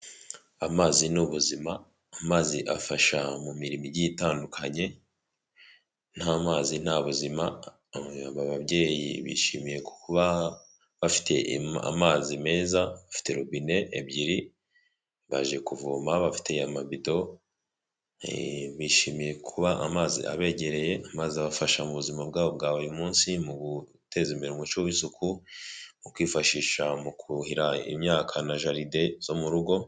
Amazi ni ubuzima, amazi afasha mu mirimo igiye itandukanye, nta mazi nta buzima. Aba babyeyi bishimiye kuba bafite amazi meza afite robine ebyiri baje kuvoma bafiteye amabido, bishimiye kuba amazi abegereye, amazi abafasha mu buzima bwabo bwa buri munsi mu guteza imbere umuco w'isuku mu kwifashisha mu kuhira imyaka na jaride zo mu rugo.